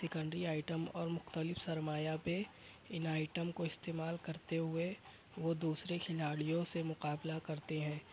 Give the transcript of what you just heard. secondary item اور مختلف سرمایہ پہ ان آئٹم کا استعمال کرتے ہوئے وہ دوسرے کھلاڑیوں سے مقابلہ کرتے ہیں